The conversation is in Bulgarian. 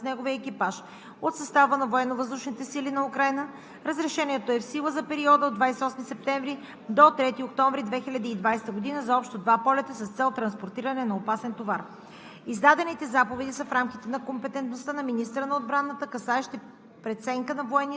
4. Преминаването през въздушното пространство на Република България с невоенен характер на самолет с неговия екипаж от състава на Военновъздушните сили на Украйна. Разрешението е в сила за периода от 28 септември до 3 октомври 2020 г. за общо два полета с цел транспортиране на опасен товар.